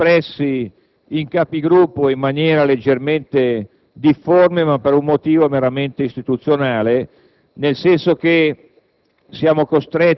noi ci siamo espressi in maniera leggermente difforme, ma per un motivo meramente istituzionale, nel senso che